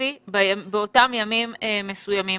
ספציפי באותם ימים מסוימים.